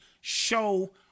show